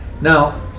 Now